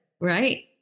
Right